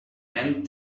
and